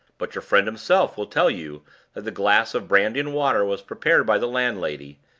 but your friend himself will tell you that the glass of brandy-and-water was prepared by the landlady,